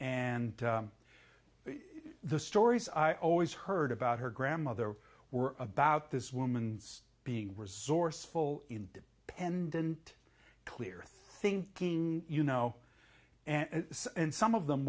and the stories i always heard about her grandmother were about this woman being resourceful in pendant clear thinking you know and some of them